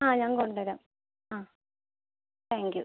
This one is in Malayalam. ആ ഞാൻ കൊണ്ടെരാം ആ താങ്ക് യൂ